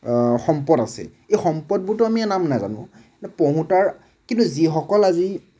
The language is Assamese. সম্পদ আছে এই সম্পদবোৰটো আমিয়ে নাম নাজানো কিন্তু পঢ়োতাৰ কিন্তু যিসকল আজি